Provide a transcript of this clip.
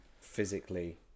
physically